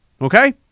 Okay